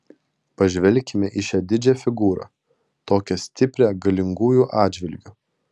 pažvelkime į šią didžią figūrą tokią stiprią galingųjų atžvilgiu